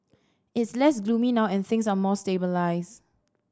it's less gloomy now and things are more stabilised